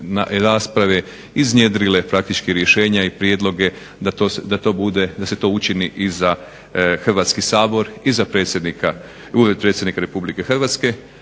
iznjedrile praktički rješenja i prijedlog da se to učini i za Hrvatski sabor i za Ured predsjednika RH i u tom